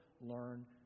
learn